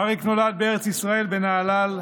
אריק נולד בארץ ישראל, בנהלל,